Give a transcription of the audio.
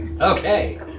Okay